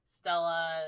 Stella